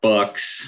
Bucks